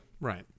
Right